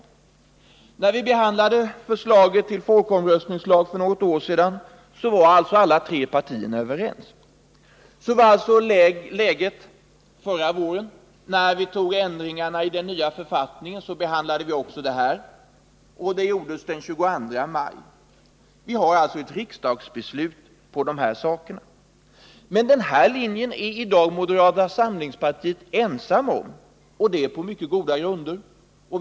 När vi för något år sedan behandlade förslaget till folkomröstningslag var de tre partierna överens, och sådant var läget också förra våren — den 22 maj beslutade vi om ändringarna i den nya författningen, och då behandlade vi också frågan om folkomröstningar. Det finns alltså ett riksdagsbeslut om dessa saker, men den linjen är moderata samlingspartiet i dag ensam om.